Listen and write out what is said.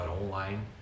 online